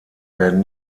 werden